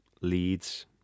leads